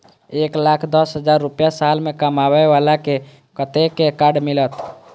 एक लाख दस हजार रुपया साल में कमाबै बाला के कतेक के कार्ड मिलत?